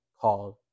called